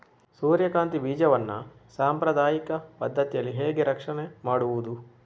ಸೂರ್ಯಕಾಂತಿ ಬೀಜವನ್ನ ಸಾಂಪ್ರದಾಯಿಕ ಪದ್ಧತಿಯಲ್ಲಿ ಹೇಗೆ ರಕ್ಷಣೆ ಮಾಡುವುದು